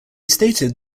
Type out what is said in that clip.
stated